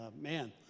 man